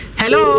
hello